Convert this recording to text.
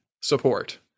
support